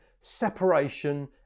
separation